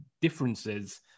differences